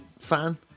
fan